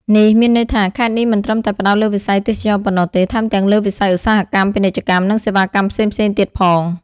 នេះមានន័យថា ខេត្តនេះមិនត្រឹមតែផ្តោតលើវិស័យទេសចរណ៍ប៉ុណ្ណោះទេ ថែមទាំងលើវិស័យឧស្សាហកម្ម ពាណិជ្ជកម្ម និងសេវាកម្មផ្សេងៗទៀតផង។